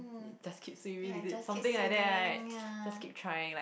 just keep sewing is it something like that right just keep trying like